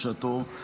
בשעתו,